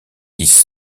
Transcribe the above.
six